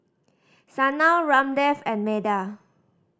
Sanal Ramdev and Medha